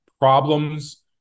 problems